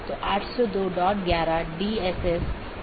वोह इसको यह ड्रॉप या ब्लॉक कर सकता है एक पारगमन AS भी होता है